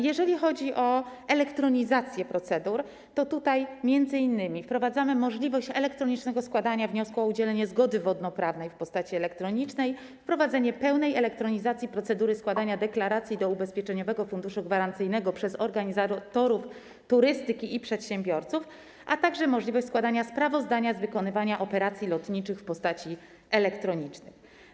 Jeżeli chodzi o elektronizację procedur, to m.in. wprowadzamy możliwość elektronicznego składania wniosku o udzielenie zgody wodnoprawnej w postaci elektronicznej, pełną elektronizację procedury składania deklaracji do Ubezpieczeniowego Funduszu Gwarancyjnego przez organizatorów turystyki i przedsiębiorców, a także możliwość składania sprawozdania z wykonywania operacji lotniczych w postaci elektronicznej.